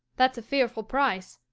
that's a fearful price.